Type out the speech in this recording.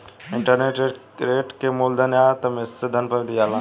interest rate के मूलधन या त मिश्रधन पर दियाला